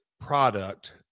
product